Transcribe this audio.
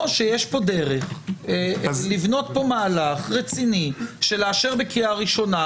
או שיש פה דרך לבנות מהלך רציני של אישור בקריאה ראשונה,